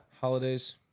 holidays